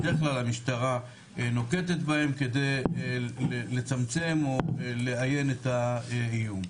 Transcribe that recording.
בדרך כלל המשטרה נוקטת בהן כדי לצמצם או לאיין את האיום.